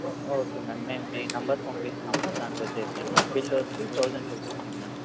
ఓ okay ma'am మేము మీకు number పంపిస్తాము దాంతో చేసేయండి బిల్ వచ్చేసి థౌసండ్ టూ ఫిఫ్టీ మ్యామ్